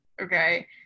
Okay